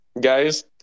Guys